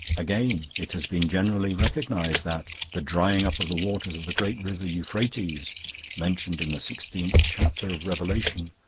again, it has been generally recognised that the drying up of the waters of the great river euphrates mentioned in the sixteenth chapter of revelation,